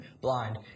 blind